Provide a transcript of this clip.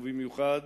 ובמיוחד